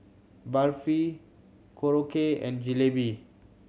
Barfi Korokke and Jalebi